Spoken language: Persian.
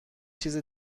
چیز